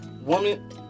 woman